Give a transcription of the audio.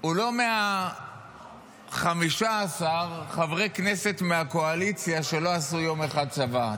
הוא מה-15 חברי כנסת מהקואליציה שלא עשו יום אחד צבא.